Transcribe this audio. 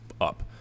up